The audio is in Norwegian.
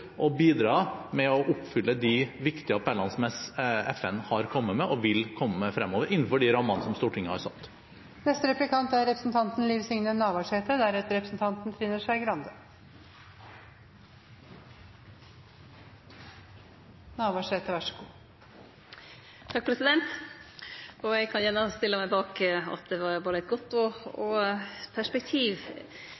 å bidra til å oppfylle de viktige appellene FN har kommet med og vil komme med fremover, innenfor de rammene Stortinget har satt. Eg kan gjerne stille meg bak at det var eit både godt og